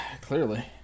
Clearly